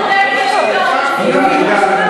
אין לנו הרבה כלים, תודה, תודה.